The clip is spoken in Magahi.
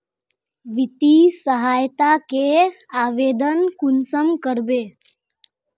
वित्तीय सहायता के आवेदन कुंसम करबे?